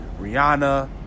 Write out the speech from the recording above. Rihanna